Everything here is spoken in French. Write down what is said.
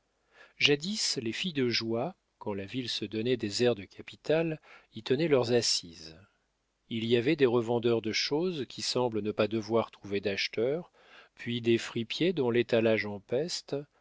jadis les filles de joie quand la ville se donnait des airs de capitale y tenaient leurs assises il y avait des revendeurs de choses qui semblent ne pas devoir trouver d'acheteurs puis des fripiers dont l'étalage empeste